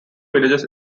villages